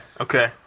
Okay